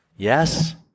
Yes